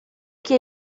que